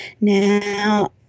Now